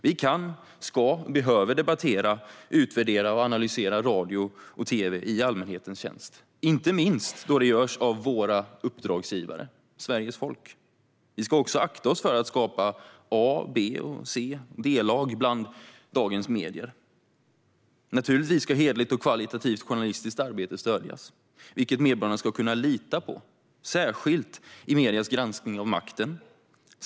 Vi kan, ska och behöver debattera, utvärdera och analysera radio och tv i allmänhetens tjänst, inte minst då det görs av vår uppdragsgivare, Sveriges folk. Vi ska också akta oss för att skapa A, B, C och D-lag bland dagens medier. Naturligtvis ska hederligt och högkvalitativt journalistiskt arbete stödjas, vilket medborgarna ska kunna lita på, särskilt i mediernas granskning av makten.